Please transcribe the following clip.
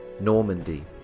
Normandy